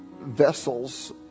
vessels